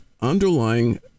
underlying